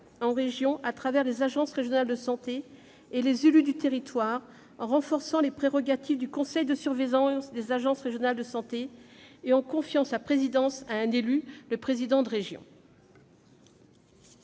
la région, au travers des agences régionales de santé et des élus du territoire, en renforçant les prérogatives du conseil de surveillance de ces agences et en en confiant la présidence à un élu, le président de région.